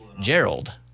Gerald